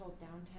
downtown